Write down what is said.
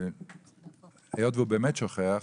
היות שהוא באמת שוכח,